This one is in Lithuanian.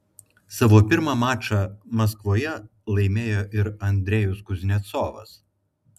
savo pirmą mačą maskvoje laimėjo ir andrejus kuznecovas